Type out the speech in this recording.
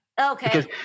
Okay